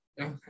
Okay